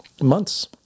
months